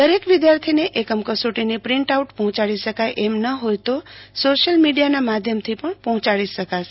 દરેક વિદ્યાર્થીને એકમ કસોટીની પ્રિન્ટ આઉટ પહોંચાડી શકાય એમ ન હોથ તો સોશિયલ મીડિયાના માધ્યમથી પણ પહોંચાડી શકાશે